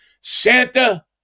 Santa